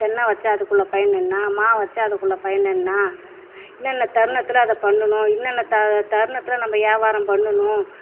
தென்னை வெச்சால் அதுக்குள்ள பயன் என்ன மா வெச்சால் அதுக்குள்ள பயன் என்ன இன்ன இன்ன தருணத்தில் அதை பண்ணணும் இன்ன இன்ன தா தருணத்தில் நம்ம யாபாரம் பண்ணணும்